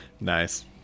Nice